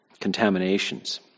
contaminations